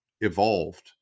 evolved